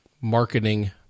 Marketing